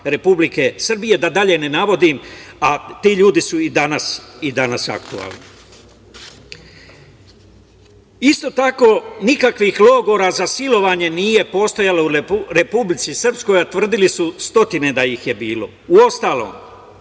Republike Srbije, da dalje ne navodim, a ti ljudi su i danas aktuelni. Isto tako nikakvih logora za silovanje nije postojalo u Republici Srpskoj, a tvrdili su stotine da ih je bilo. Uostalom,